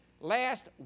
last